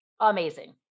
Amazing